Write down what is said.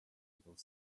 above